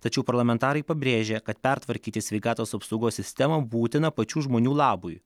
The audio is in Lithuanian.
tačiau parlamentarai pabrėžia kad pertvarkyti sveikatos apsaugos sistemą būtina pačių žmonių labui